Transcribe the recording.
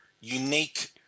unique